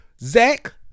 Zach